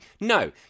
no